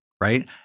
right